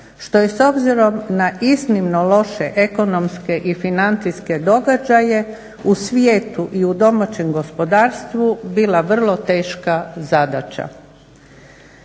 što je s obzirom na iznimno loše ekonomske i financijske događaje u svijetu i domaćem gospodarstvu bila vrlo teška zadaća.